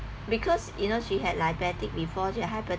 because you know she had diabetic before she